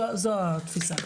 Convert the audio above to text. זו התפיסה.